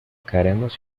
caeremos